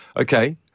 Okay